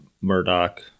Murdoch